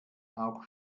auch